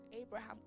Abraham